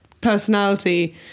personality